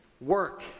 work